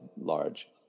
large